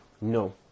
no